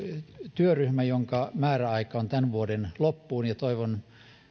työryhmä jonka määräaika on tämän vuoden loppuun ja toivon